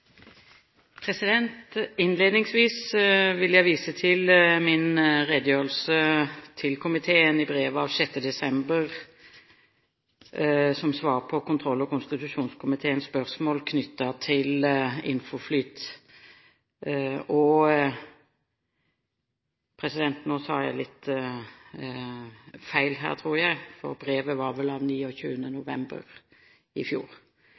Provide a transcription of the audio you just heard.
høgt. Innledningsvis vil jeg vise til min redegjørelse til komiteen i brev av 6. desember 2011 som svar på kontroll- og konstitusjonskomiteens spørsmål knyttet til INFOFLYT i